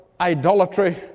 idolatry